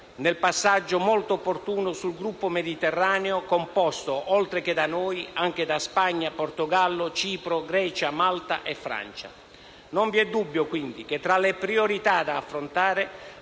nel passaggio, molto opportuno, sul Gruppo Mediterraneo composto, oltre che da noi, anche da Spagna, Portogallo, Cipro, Grecia, Malta e Francia. Non vi è dubbio quindi che, tra le priorità da affrontare,